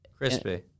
Crispy